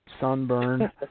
sunburn